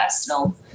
personal